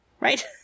Right